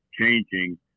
changing